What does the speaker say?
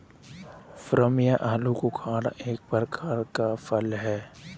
plum या आलूबुखारा एक प्रकार का फल है